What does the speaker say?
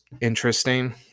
interesting